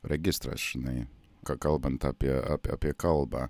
registras žinai ką kalbant apie apie apie kalbą